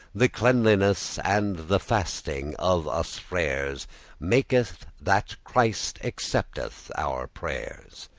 the cleanness and the fasting of us freres maketh that christ accepteth our prayeres.